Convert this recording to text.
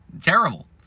terrible